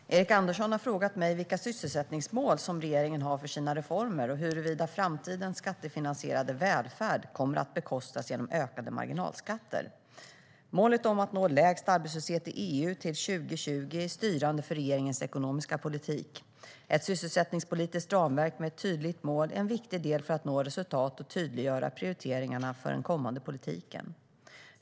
Herr talman! Erik Andersson har frågat mig vilka sysselsättningsmål regeringen har för sina reformer och huruvida framtidens skattefinansierade välfärd kommer att bekostas genom ökade marginalskatter. Målet att nå lägst arbetslöshet i EU till 2020 är styrande för regeringens ekonomiska politik. Ett sysselsättningspolitiskt ramverk med ett tydligt mål är en viktig del för att nå resultat och tydliggöra prioriteringarna för den kommande politiken.